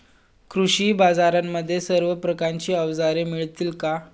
कृषी बाजारांमध्ये सर्व प्रकारची अवजारे मिळतील का?